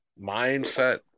mindset